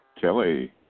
Kelly